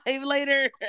later